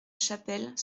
chapelle